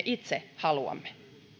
itse haluamme